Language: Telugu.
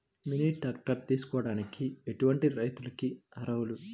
మినీ ట్రాక్టర్ తీసుకోవడానికి ఎటువంటి రైతులకి అర్హులు?